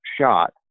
shot